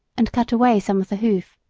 and cut away some of the hoof.